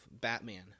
Batman